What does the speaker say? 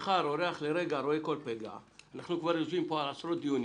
מאחר שאורח לרגע רואה כל פגע אנחנו יושבים פה כבר עשרות דיונים